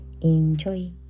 Enjoy